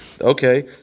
okay